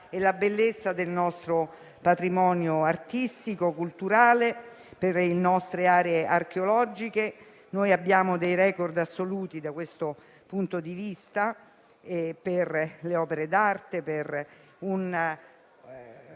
e la bellezza del nostro patrimonio artistico, culturale e per le nostre aree archeologiche. Abbiamo dei *record* assoluti da questo punto di vista per le opere d'arte, per un